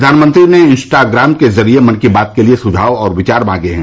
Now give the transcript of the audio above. प्रधानमंत्री ने इंस्टाग्राम के जरिये मन की बात के लिए सुझाव और विचार मांगे हैं